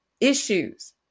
issues